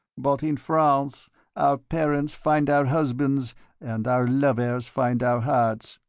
but in france our parents find our husbands and our lovers find our hearts.